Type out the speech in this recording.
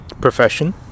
profession